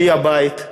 שהיא הבית,